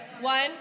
One